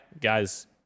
guys